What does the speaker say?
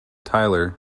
tyler